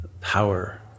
power